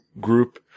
group